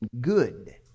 good